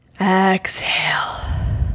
Exhale